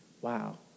wow